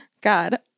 God